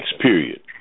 period